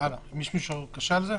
יש מישהו שקשה לו עם זה?